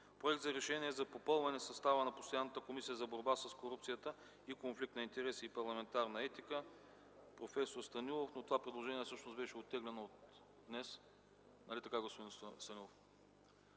Проект за решение за попълване състава на Постоянната комисия за борба с корупцията и конфликт на интереси и парламентарна етика. Вносител е проф. Станилов, но това предложение всъщност беше оттеглено днес. Нали така, господин Станилов?